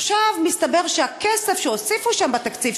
עכשיו מסתבר שהכסף שהוסיפו שם בתקציב,